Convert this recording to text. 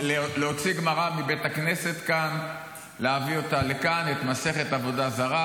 להוציא גמרא מבית הכנסת כאן ולהביא לכאן את מסכת עבודה זרה,